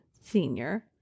senior